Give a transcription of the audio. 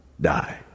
die